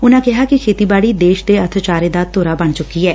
ਉਨਾਂ ਕਿਹਾ ਕਿ ਖੇਤੀਬਾੜੀ ਦੇਸ਼ ਦੇ ਅਰਥਚਾਰੇ ਦਾ ਧੁਰਾ ਬਣ ਚੁੱਕੀ ਐ